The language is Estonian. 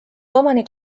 omanik